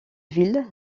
ville